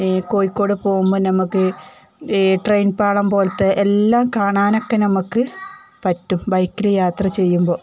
ഈ കോഴിക്കോട് പോകുമ്പോള് നമുക്ക് ഈ ട്രെയിൻ പാളം പോലത്തെയെല്ലാം കാണാനൊക്കെ നമുക്ക് പറ്റും ബൈക്കില് യാത്ര ചെയ്യുമ്പോള്